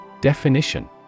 Definition